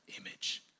image